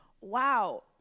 Wow